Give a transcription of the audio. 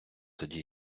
тоді